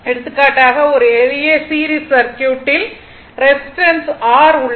எடுத்துக்காட்டாக ஒரு எளிய சீரிஸ் சர்க்யூட்டில் ரெசிஸ்டன்ஸ் R உள்ளது